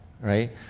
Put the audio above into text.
right